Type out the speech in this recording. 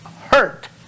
hurt